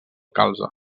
calze